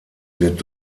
wird